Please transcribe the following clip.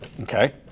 Okay